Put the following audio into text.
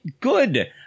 good